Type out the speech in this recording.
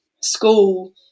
school